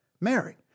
Mary